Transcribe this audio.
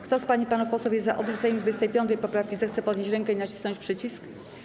Kto z pań i panów posłów jest za odrzuceniem 25. poprawki, zechce podnieść rękę i nacisnąć przycisk.